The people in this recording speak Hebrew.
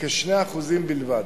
בכ-2% בלבד.